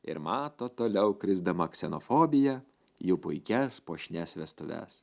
ir mato toliau krisdama ksenofobija jų puikias puošnias vestuves